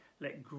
let